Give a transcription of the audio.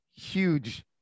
huge